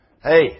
Hey